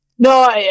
No